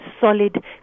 solid